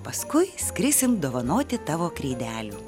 paskui skrisim dovanoti tavo kreidelių